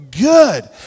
good